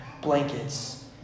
blankets